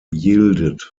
yielded